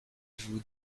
vous